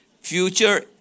Future